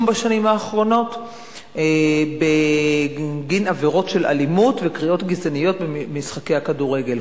בשנים האחרונות בגין עבירות של אלימות וקריאות גזעניות במשחקי הכדורגל.